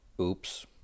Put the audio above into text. Oops